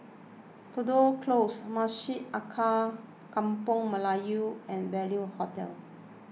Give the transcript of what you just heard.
Tudor Close Masjid Alkaff Kampung Melayu and Value Hotel